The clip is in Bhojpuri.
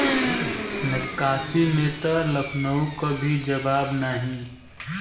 नक्काशी में त लखनऊ क भी जवाब नाही